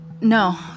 No